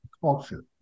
culture